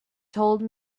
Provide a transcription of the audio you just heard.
told